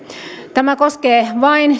tämä koskee siis vain